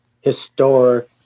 historic